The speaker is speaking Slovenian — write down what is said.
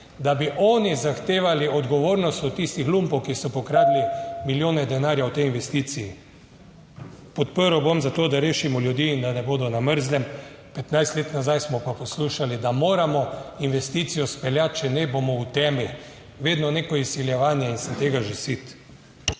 da bi oni zahtevali odgovornost od tistih lumpov, ki so pokradli milijone denarja v tej investiciji. Podprl bom za to, da rešimo ljudi in da ne bodo na mrzlem, 15 let nazaj smo pa poslušali, da moramo investicijo izpeljati, če ne bomo v temi. Vedno neko izsiljevanje in se tega že siti.